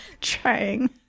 trying